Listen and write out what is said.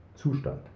Zustand